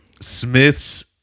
Smith's